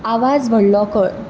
आवाज व्हडलो कर